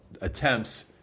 attempts